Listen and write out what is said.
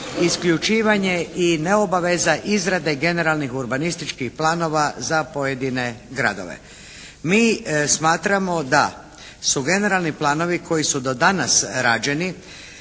isključivanje i neobaveza izrade generalnih urbanističkih planova za pojedine gradove. Mi smatramo da su generalni planovi koji su do danas rađeni